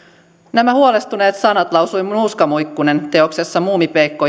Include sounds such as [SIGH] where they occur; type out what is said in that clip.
nämä huolestuneet sanat lausui nuuskamuikkunen teoksessa muumipeikko [UNINTELLIGIBLE]